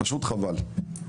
פשוט חבל.